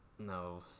No